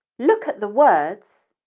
look at the words,